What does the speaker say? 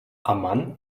amman